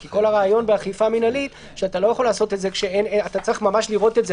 כי כל הרעיון באכיפה מינהלית שאתה צריך ממש לראות את זה.